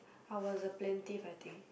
I was a plaintiff I think